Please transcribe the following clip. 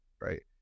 Right